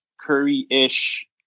curry-ish